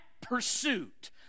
pursuit